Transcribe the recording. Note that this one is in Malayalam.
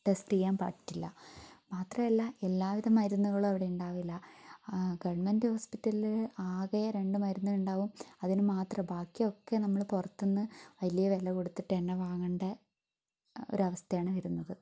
ടെസ്റ്റ് ചെയ്യാൻ പറ്റില്ല മാത്രല്ല എല്ലാ വിധ മരുന്നുകളും അവിടെ ഉണ്ടാവില്ല ഗവൺമെൻറ്റ് ഹോസ്പിറ്റലിൽ ആകെ രണ്ട് മരുന്നുണ്ടാകും അതിന് മാത്രം ബാക്കി ഒക്കെ നമ്മൾ പുറത്ത്ന്ന് വലിയ വില കൊടുത്തിട്ട് തന്നെ വാങ്ങണ്ട ഒരവസ്ഥയാണ് വരുന്നത്